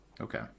okay